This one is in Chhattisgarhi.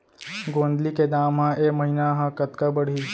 गोंदली के दाम ह ऐ महीना ह कतका बढ़ही?